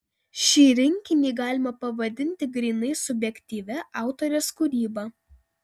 šį rinkinį galima pavadinti grynai subjektyvia autorės kūryba